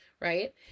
right